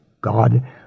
God